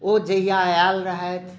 ओ जहिया आयल रहैथ